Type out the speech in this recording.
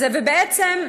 ובעצם,